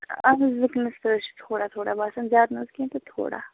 آہَن حظ وُنکیٚنس تہِ حظ چھُ تھوڑا تھوڑا باسان زیادٕ نہٕ حظ کیٚنٛہہ تہٕ تھوڑا